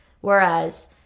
Whereas